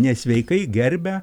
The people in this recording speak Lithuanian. nesveikai gerbia